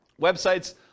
websites